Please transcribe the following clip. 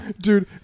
Dude